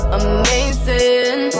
amazing